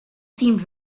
seemed